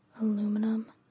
aluminum